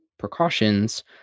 precautions